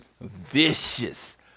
vicious